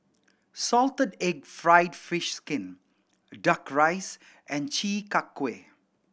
salted egg fried fish skin Duck Rice and Chi Kak Kuih